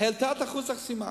העלתה את אחוז החסימה,